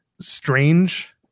strange